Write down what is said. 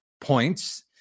points